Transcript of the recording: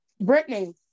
Brittany